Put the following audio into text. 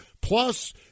plus